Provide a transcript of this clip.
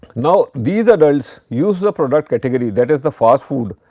now, these adults use the product category that is the fast food,